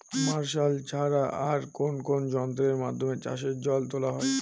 Martial ছাড়া আর কোন কোন যন্ত্রেরর মাধ্যমে চাষের জল তোলা হয়?